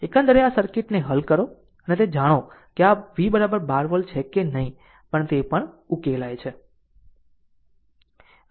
એકંદરે આ સર્કિટને હલ કરો અને તે r ને જાણો કે આ v 12 વોલ્ટ છે કે નહીં પણ તે પણ ઉકેલાય છે